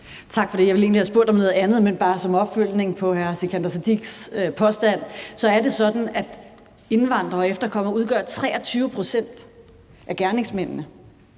Tak for det. Jeg ville egentlig have spurgt om noget andet, men som opfølgning på hr. Sikandar Siddiques påstand vil jeg sige, at det er sådan, at indvandrere og efterkommere udgør 23 pct. af gerningsmændene,